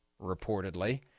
reportedly